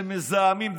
שמזהמים,